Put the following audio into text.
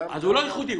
אז הוא לא יחודי,